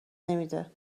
نمیده